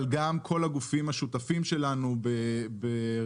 אבל גם כל הגופים השותפים שלנו ברמ"י,